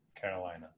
Carolina